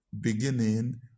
beginning